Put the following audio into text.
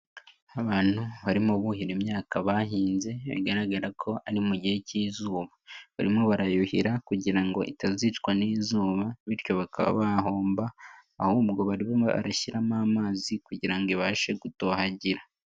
Abantu barimo buhira imyaka bahinze bigaragara ko ari mu gihe cy'izuba barimo barayuhira kugira ngo itazicwa n'izuba bityo bakaba bahomba aho barashyiramo amazi kugira ibashe gutohagira.